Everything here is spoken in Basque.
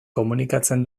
komunikatzen